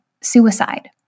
suicide